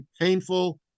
painful